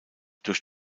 durch